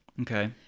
Okay